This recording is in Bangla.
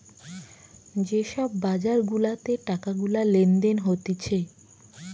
যে সব বাজার গুলাতে টাকা গুলা লেনদেন হতিছে